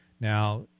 Now